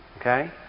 Okay